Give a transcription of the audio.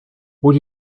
would